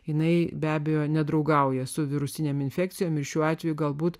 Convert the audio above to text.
jinai be abejo nedraugauja su virusiniam infekcijomis šiuo atveju galbūt